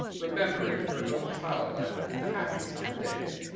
remembering her own child-life, and the happy summer days.